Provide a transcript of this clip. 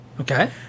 Okay